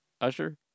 Usher